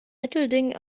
mittelding